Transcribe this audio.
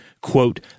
quote